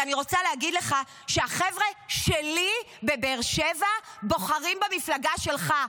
כי אני רוצה להגיד לך שהחבר'ה שלי בבאר שבע בוחרים במפלגה שלך,